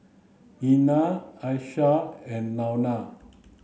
Lela Alesia and Launa